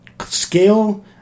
scale